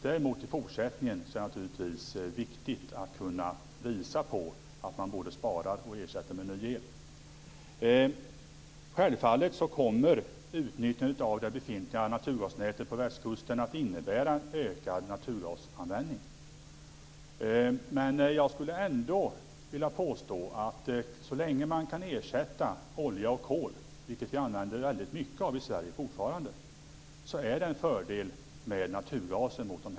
Däremot är det i fortsättningen viktigt att kunna visa att man både sparar el och ersätter med ny el. För det andra vill jag säga att det är självklart att utnyttjandet av det befintliga naturgasnätet på västkusten kommer att innebära en ökad naturgasanvändning. Men jag skulle ändå vilja påstå att så länge man kan ersätta olja och kol, vilket vi fortfarande använder väldigt mycket av i Sverige, är det en fördel med naturgas.